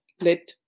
let